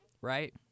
right